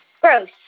Gross